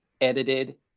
edited